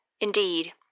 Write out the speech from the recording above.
Indeed